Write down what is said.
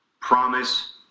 promise